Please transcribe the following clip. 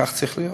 וכך צריך להיות.